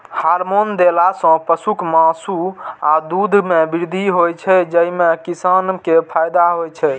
hormone देला सं पशुक मासु आ दूध मे वृद्धि होइ छै, जइसे किसान कें फायदा होइ छै